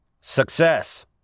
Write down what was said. Success